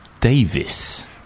Davis